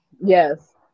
Yes